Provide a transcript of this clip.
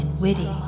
Witty